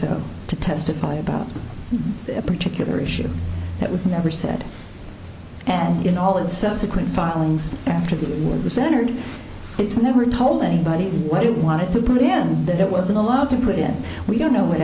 so to testify about a particular issue that was never said and in all its subsequent filings after the with the center it's never told anybody what it wanted to put in that it wasn't allowed to put in we don't know what